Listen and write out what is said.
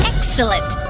Excellent